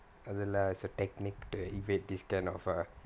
is a technique to evade this kind of a